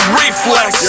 reflex